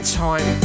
time